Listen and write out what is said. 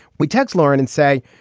we text lauren and say,